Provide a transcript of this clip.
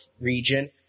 region